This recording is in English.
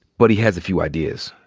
but he has a few ideas.